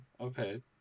okay